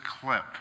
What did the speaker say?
clip